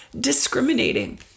discriminating